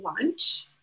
lunch